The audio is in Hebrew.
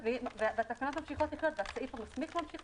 והתקנות ממשיכות להתקיים והסעיף המסמיך ממשיך